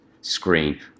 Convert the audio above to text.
Screen